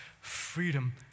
freedom